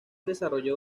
desarrolló